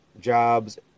jobs